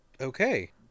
Okay